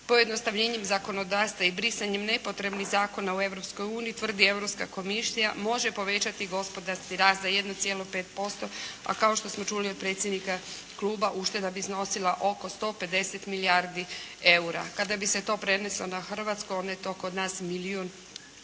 pojednostavljenjem zakonodavstva i brisanjem nepotrebnih zakona o Europskoj uniji, tvrdi Europska komisija može povećati gospodarski rast za 1,5% a kao što smo čuli od predsjednika kluba ušteda bi iznosila oko 150 milijardi eura. Kada bi se to preneslo na hrvatsko onda je to kod nas milijun